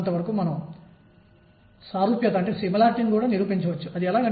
ఇది Bohr quantization నిబంధన